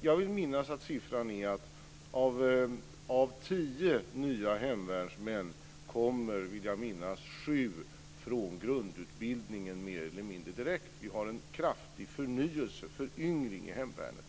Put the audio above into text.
Jag vill minnas att av tio nya hemvärnsmän kommer sju från grundutbildningen mer eller mindre direkt. Vi har en kraftig föryngring i hemvärnet.